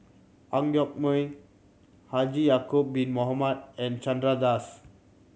Ang Yoke Mooi Haji Ya'acob Bin Mohamed and Chandra Das